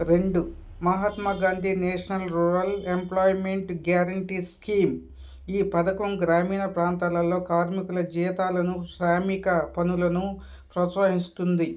రెండు Mahatma Gandhi national rural employment guarantee scheme ఈ పథకం గ్రామీణ ప్రాంతాలలో కార్మికుల జీతాలను శ్రామిక పనులను ప్రోత్సహిస్తుంది